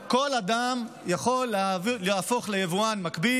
כל אדם יכול להפוך ליבואן מקביל,